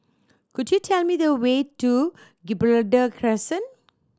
could you tell me the way to Gibraltar Crescent